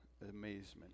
amazement